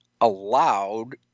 allowed